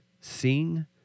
sing